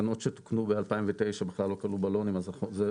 התקנות שתוקנו ב-2009 בכלל לא כללו בלונים, אז זו